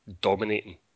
dominating